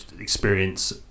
experience